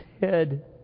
head